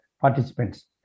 participants